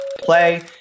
play